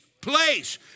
place